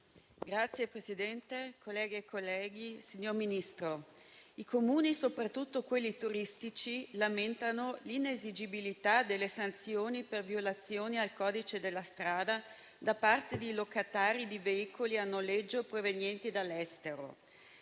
Signor Presidente, colleghe e colleghi, signor Ministro, i Comuni, soprattutto quelli turistici, lamentano l'inesigibilità delle sanzioni per violazioni al codice della strada da parte di locatari di veicoli a noleggio provenienti dall'estero.